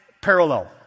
parallel